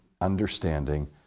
understanding